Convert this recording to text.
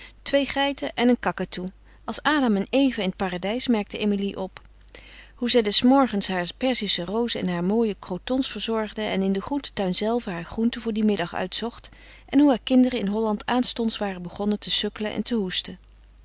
twee geiten en een kakatoe als adam en eva in het paradijs merkte emilie op hoe zij des morgens haar perzische rozen en haar mooie crotons verzorgde en in den groentetuin zelve haar groenten voor dien middag uitzocht en hoe haar kinderen in holland aanstonds waren begonnen te sukkelen en te hoesten